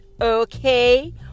okay